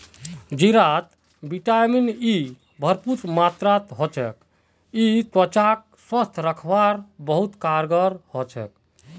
जीरात vitamin E भरपूर मात्रात ह छेक यई त्वचाक स्वस्थ रखवात बहुत कारगर ह छेक